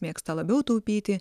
mėgsta labiau taupyti